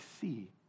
see